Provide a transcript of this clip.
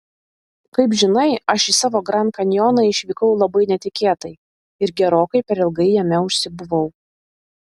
kaip žinai aš į savo grand kanjoną išvykau labai netikėtai ir gerokai per ilgai jame užsibuvau